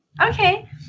Okay